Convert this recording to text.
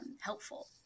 helpful